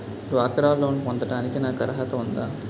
డ్వాక్రా లోన్ పొందటానికి నాకు అర్హత ఉందా?